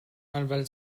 anwalt